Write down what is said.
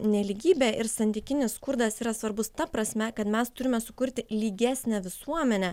nelygybė ir santykinis skurdas yra svarbus ta prasme kad mes turime sukurti lygesnę visuomenę